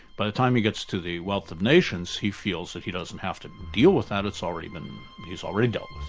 by the time he gets to the wealth of nations, he feels that he doesn't have to deal with that, it's already been he's already done